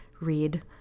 read